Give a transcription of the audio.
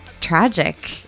tragic